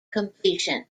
completion